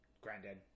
granddad